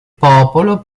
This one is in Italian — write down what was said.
popolo